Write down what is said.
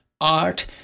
art